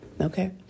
Okay